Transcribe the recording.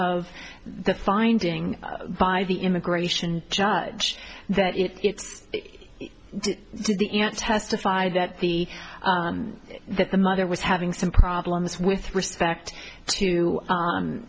of the finding by the immigration judge that it's to the aunt testified that the that the mother was having some problems with respect to